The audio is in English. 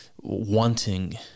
wanting